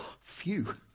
phew